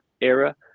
era